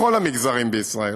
בכל המגזרים בישראל